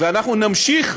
אנחנו נמשיך.